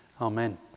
Amen